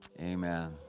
Amen